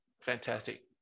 fantastic